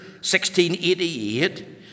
1688